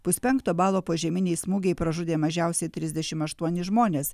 puspenkto balo požeminiai smūgiai pražudė mažiausiai trisdešim aštuonis žmones